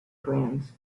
grands